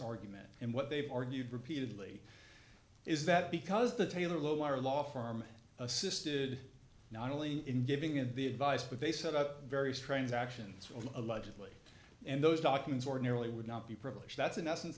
argument and what they've argued repeatedly is that because the taylor law or law firm assisted not only in giving advice but they set out very strange actions allegedly and those documents ordinarily would not be privileged that's in essence